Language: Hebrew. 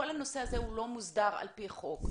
כל הנושא הזה לא מוסדר על-פי חוק.